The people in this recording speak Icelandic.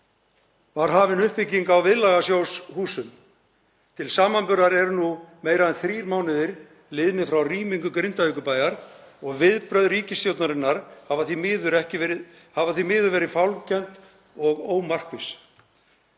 var hafin uppbygging á viðlagasjóðshúsum. Til samanburðar eru nú meira en þrír mánuðir liðnir frá rýmingu Grindavíkurbæjar og viðbrögð ríkisstjórnarinnar hafa því miður verið bæði fálmkennd og ómarkviss.